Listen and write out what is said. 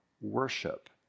worship